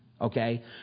Okay